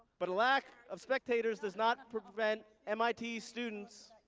but a lack of spectators does not prevent mit students